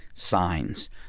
signs